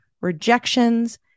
rejections